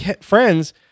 friends